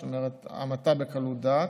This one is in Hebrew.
זאת אומרת המתה בקלות דעת,